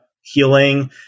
healing